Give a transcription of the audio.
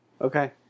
Okay